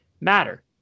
matter